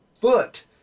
foot